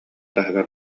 таһыгар